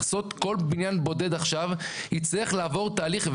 כל בניין בודד עכשיו יצטרך לעבור תהליך.